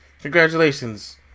Congratulations